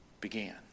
began